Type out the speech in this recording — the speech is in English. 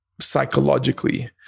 psychologically